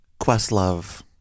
Questlove